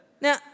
Now